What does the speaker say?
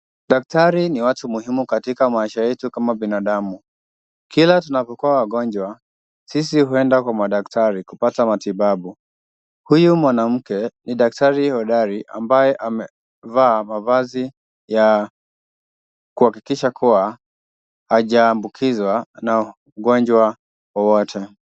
Daktari ni watu muhimu katika maisha yetu kama binadamu. Kila tunapokuwa wagonjwa sisi huenda kwa madaktari kupata matibabu. Huyu mwanamke ni daktari hodari ambaye amevaa mavazi ya kuhakikisha kuwa hajaambukizwa na ugonjwa wowote.